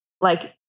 like-